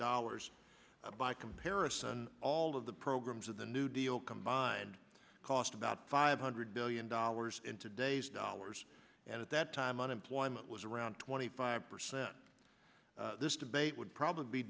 dollars by comparison all of the programs of the new deal combined cost about five hundred billion dollars in today's dollars and at that time unemployment was around twenty five percent this debate would probably be